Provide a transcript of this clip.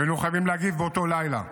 והיינו חייבים להגיב באותו לילה,